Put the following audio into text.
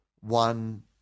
one